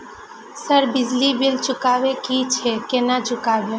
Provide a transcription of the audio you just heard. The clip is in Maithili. सर बिजली बील चुकाबे की छे केना चुकेबे?